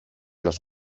los